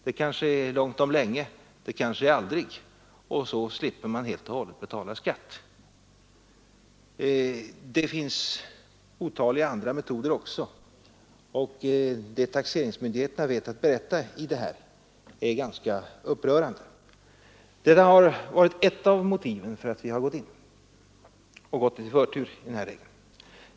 Det kanske är långt om länge, det kanske är aldrig och så slipper man helt och hållet betala skatt. Det finns otaliga andra metoder också, och det taxeringsmyndigheterna vet att berätta om dem är ganska upprörande. Detta har varit ett av motiven för att vi har givit den här delen förtur.